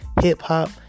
hip-hop